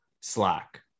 Slack